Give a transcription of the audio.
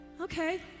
Okay